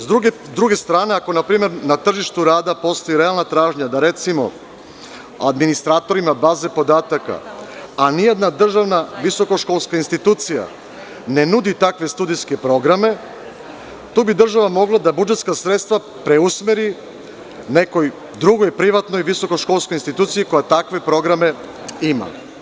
Sa druge strane, ako na tržištu rada postoji realna tražnja za, recimo, administratorima baze podataka, a nijedna državna visoko školska institucija ne nudi takve studijske programa, tu bi država mogla da budžetska sredstva preusmeri nekoj drugoj privatnoj visoko školskoj instituciji koja takve programe ima.